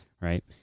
Right